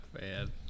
man